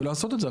ולעשות את זה.